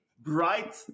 bright